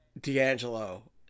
D'Angelo